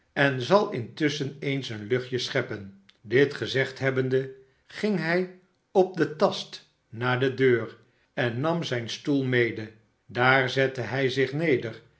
en zal intusschen eens een luchtje scheppen dit gezegd hebbende ging hij op den tast naar de deur en nam ijn stoel mede daar zette hij zich neder